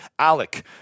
Alec